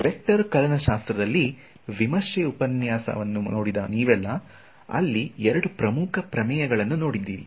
vector calculus ನ ವಿಮರ್ಶೆ ಉಪನ್ಯಾಸವನ್ನು ನೋಡಿದ ನೀವೆಲ್ಲಾ ಅಲ್ಲಿ ಎರಡು ಪ್ರಮುಖ ಪ್ರಮೇಯ ಗಳನ್ನು ನೋಡಿದ್ದೀರಿ